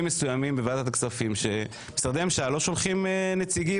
בעבר נוכחתי לראות שמשרדי הממשלה לא שולחים נציגים